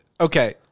Okay